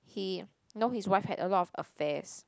he know his wife had a lot of affairs